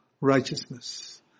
righteousness